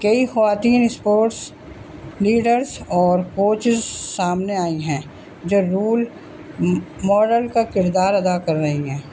کئی خواتین sports leaders اور کوچز سامنے آئی ہیں جو رول ماڈل کا کردار ادا کر رہی ہیں